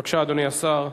בבקשה, אדוני השר.